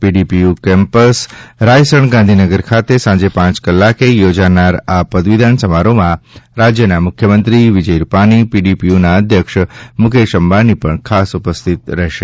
PDPU campus Raysan Gandhinagar ખાતે સાંજે પાંચ કલાકે યોજાનાર આ પદવીદાન સમારોહમાં રાજ્યના મુખ્યમંત્રી શ્રી વિજયભાઈ રૂપાણી પીડીપીયુના અધ્યક્ષ શ્રી મૂકેશ અંબાણીની ઉપસ્થિત રહેશે